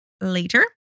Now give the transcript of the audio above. later